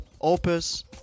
Opus